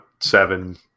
seven